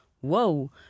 whoa